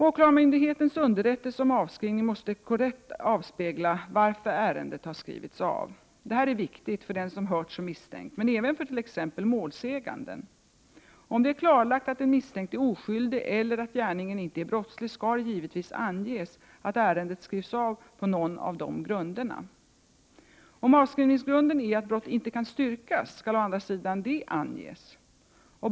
Åklagarmyndighetens underrättelse om avskrivning måste korrekt avspegla varför ärendet har skrivits av. Detta är viktigt för den som hörts som misstänkt, men även för t.ex. målsäganden. Om det är klarlagt att den misstänkte är oskyldig eller att gärningen inte är brottslig, skall det givetvis anges att ärendet skrivs av på någon av dessa grunder. Om avskrivningsgrunden är att brott inte kan styrkas, skall å andra sidan det anges.